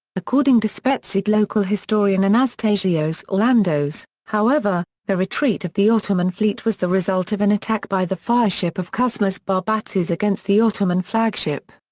according to spetsiot local historian anastasios orlandos, however, the retreat of the ottoman fleet was the result of an attack by the fireship of kosmas barbatsis against the ottoman flagship.